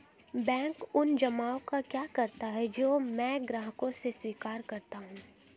Bank उन जमाव का क्या करता है जो मैं ग्राहकों से स्वीकार करता हूँ?